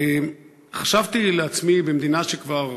חשבתי לעצמי: במדינה שכבר